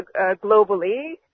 globally